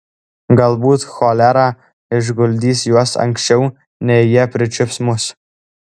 galbūt cholera išguldys juos anksčiau nei jie pričiups mus